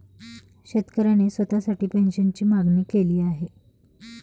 शेतकऱ्याने स्वतःसाठी पेन्शनची मागणी केली आहे